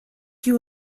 you